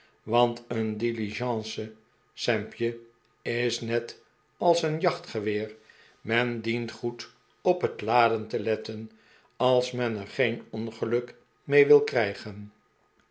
want een diligence sampje is net als een jachtgeweer men dient goed op het laden te letten als men er geen ongeluk mee wil krijgen